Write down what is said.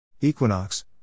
equinox